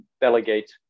delegate